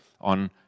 on